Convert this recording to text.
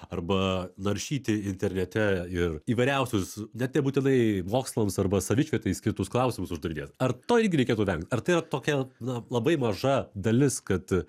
arba naršyti internete ir įvairiausius net nebūtinai mokslams arba savišvietai skirtus klausimus uždavinėt ar to ir reikėtų vengt ar tai yra tokia na labai maža dalis kad